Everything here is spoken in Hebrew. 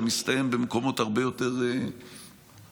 זה מסתיים במקומות הרבה יותר גרועים.